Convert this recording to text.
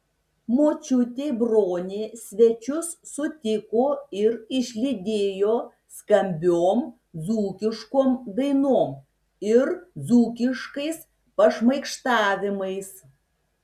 močiutė bronė svečius sutiko ir išlydėjo skambiom dzūkiškom dainom ir dzūkiškais pašmaikštavimais